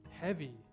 heavy